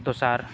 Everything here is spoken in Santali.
ᱫᱚᱥᱟᱨ